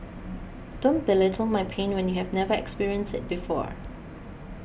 don't belittle my pain when you have never experienced it before